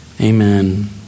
Amen